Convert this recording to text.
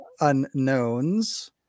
unknowns